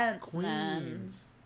Queens